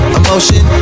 emotion